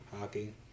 hockey